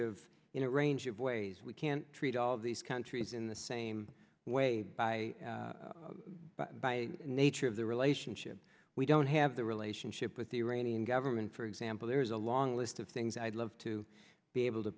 know range of ways we can treat all these countries in the same way by by nature of the relationship we don't have the relationship with the iranian government for example there's a long list of things i'd love to be able to